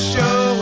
show